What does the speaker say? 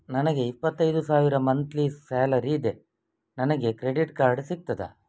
ನನಗೆ ಇಪ್ಪತ್ತೈದು ಸಾವಿರ ಮಂತ್ಲಿ ಸಾಲರಿ ಇದೆ, ನನಗೆ ಕ್ರೆಡಿಟ್ ಕಾರ್ಡ್ ಸಿಗುತ್ತದಾ?